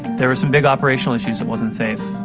there were some big operational issues, it wasn't safe.